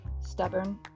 stubborn